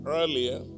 earlier